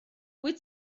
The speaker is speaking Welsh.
wyt